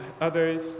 others